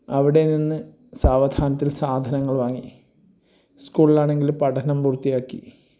അവിടെ നിന്ന് സാവധാനത്തിൽ സാധനങ്ങൾ വാങ്ങി സ്കൂളിലാണെങ്കിൽ പഠനം പൂർത്തിയാക്കി